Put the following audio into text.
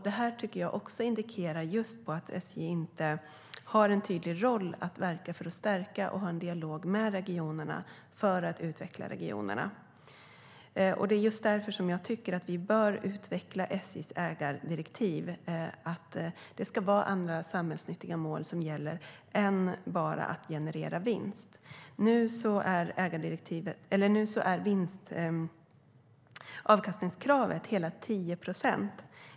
Detta tycker jag också indikerar att SJ inte har någon tydlig roll i att verka för att stärka och ha en dialog med regionerna för att utveckla dem. Det är just därför jag tycker att vi bör utveckla SJ:s ägardirektiv. Det ska vara andra samhällsnyttiga mål som gäller än att bara generera vinst. Nu är avkastningskravet hela 10 procent.